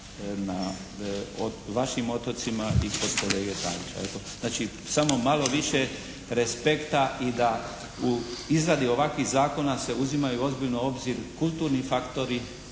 na vašim otocima i kod kolege Tadića. Eto, znači samo malo više respekta i da u izradi ovakvih zakona se uzimaju ozbiljno u obzir kulturni faktori,